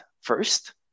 first